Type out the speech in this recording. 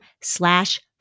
slash